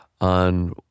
on